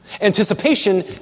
Anticipation